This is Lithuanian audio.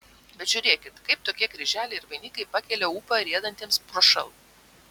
bet žiūrėkit kaip tokie kryželiai ir vainikai pakelia ūpą riedantiems prošal